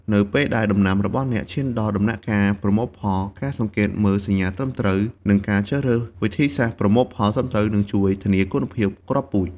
នៅពេលដែលដំណាំរបស់អ្នកឈានដល់ដំណាក់កាលប្រមូលផល ការសង្កេតមើលសញ្ញាត្រឹមត្រូវ និងការជ្រើសរើសវិធីសាស្ត្រប្រមូលផលត្រឹមត្រូវ នឹងជួយធានាគុណភាពគ្រាប់ពូជ។